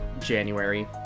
January